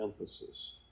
emphasis